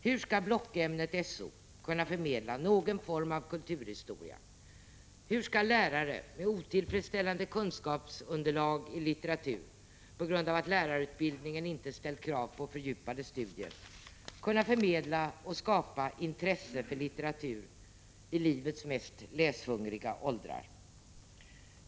Hur skall blockämnet So kunna förmedla någon form av kulturhistoria, hur skall lärare med otillfredsställande kunskapsunderlag i litteratur på grund av att lärarutbildningen inte ställt krav på fördjupade studier kunna förmedla och skapa intresse för litteratur i livets mest läshungriga åldrar?